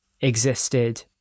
existed